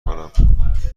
کنم